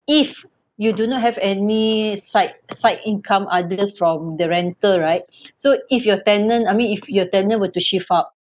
if you do not have any side side income other from the rental right so if your tenant I mean if your tenant were to shift out